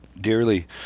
dearly